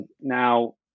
Now